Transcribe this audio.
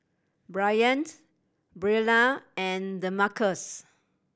Bryant Brielle and Demarcus